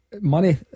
Money